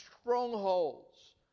strongholds